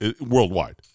worldwide